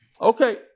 Okay